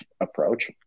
approach